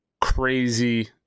crazy